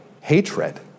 hatred